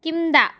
కింద